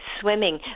swimming